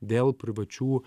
dėl privačių